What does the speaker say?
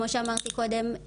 כמו שאמרתי קודם,